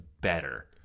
better